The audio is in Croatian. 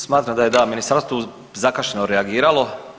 Smatram da je da Ministarstvo zakašnjelo reagiralo.